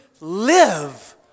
live